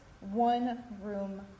one-room